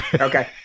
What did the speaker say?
Okay